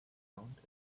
owned